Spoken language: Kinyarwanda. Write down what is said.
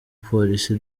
polisi